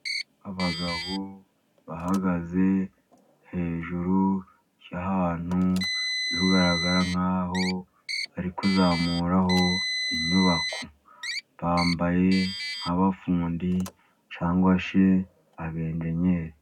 Abagabo bahagaze hejuru y'ahantu bigaragara nk'aho bari kuzamuraho inyubako, bambaye nk'abafundi cyangwa se abenjeniyeri.